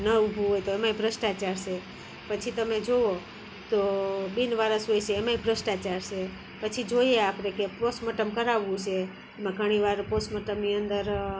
ન ઊભવું હોય તો એમાંય ભ્રષ્ટાચાર સે પછી તમે જોવો તો બિનવારસ હોય સે એમાંય ભ્રષ્ટાચાર છે પછી જોઈએ આપણે કે પોસમોટમ કરાવવું છે એમાં ઘણી વાર પોસ્ટમોર્ટમની અંદર